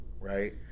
right